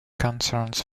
concerns